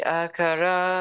akara